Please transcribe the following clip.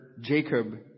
Jacob